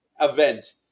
event